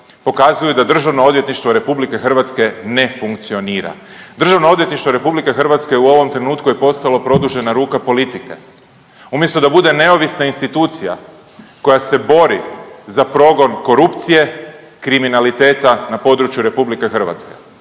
pokazuju da Državno odvjetništvo RH ne funkcionira. Državno odvjetništvo RH u ovom trenutku je postalo produžena ruka politike. Umjesto da bude neovisna institucija koja se bori za progon korupcije, kriminaliteta na području RH. Državno